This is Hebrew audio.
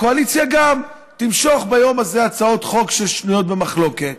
הקואליציה תמשוך ביום הזה הצעות חוק ששנויות במחלוקת